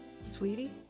Sweetie